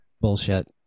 bullshit